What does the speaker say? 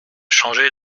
changé